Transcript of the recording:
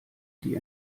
die